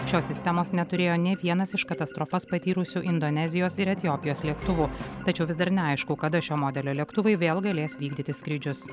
šios sistemos neturėjo nė vienas iš katastrofas patyrusių indonezijos ir etiopijos lėktuvų tačiau vis dar neaišku kada šio modelio lėktuvai vėl galės vykdyti skrydžius